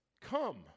Come